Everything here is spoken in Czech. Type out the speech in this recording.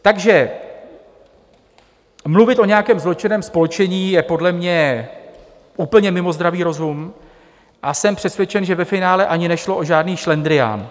Takže mluvit o nějakém zločinném spolčení je podle mě úplně mimo zdravý rozum a jsem přesvědčen, že ve finále ani nešlo o žádný šlendrián.